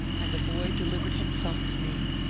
and the boy delivered himself to me.